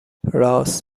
رآس